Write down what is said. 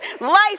life